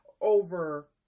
over